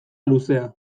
luzea